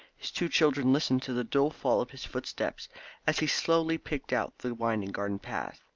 his two children listened to the dull fall of his footsteps as he slowly picked out the winding garden path.